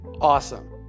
awesome